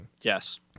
Yes